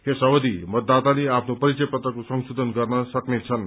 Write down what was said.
यस अवधि मतदाताले आफ्नो परिचय पत्रको संशोधन गर्न सक्छन्